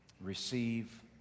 Receive